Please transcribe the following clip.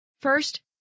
First